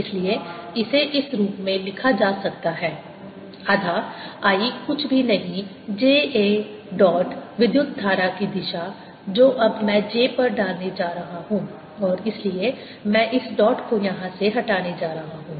इसलिए इसे इस रूप में लिखा जा सकता है आधा I कुछ भी नहीं j A डॉट विद्युत धारा की दिशा जो अब मैं j पर डालने जा रहा हूं और इसलिए मैं इस डॉट को यहां से हटाने जा रहा हूं